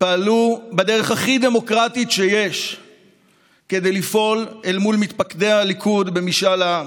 פעלו בדרך הכי דמוקרטית שיש כדי לפעול אל מול מתפקדי הליכוד במשאל עם,